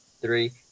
three